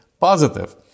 positive